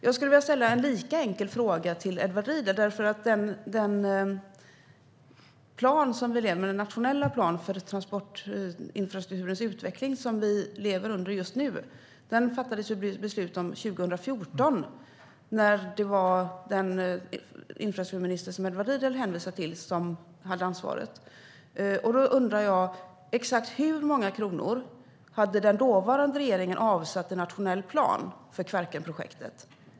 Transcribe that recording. Jag skulle vilja ställa en lika enkel fråga till Edward Riedl. Den nationella plan för transportinfrastrukturens utveckling som vi lever under just nu fattades det beslut om 2014, när den infrastrukturminister som Edward Riedl hänvisar till hade ansvaret. Då undrar jag: Exakt hur många kronor hade den dåvarande regeringen avsatt i nationell plan för Kvarkenprojektet?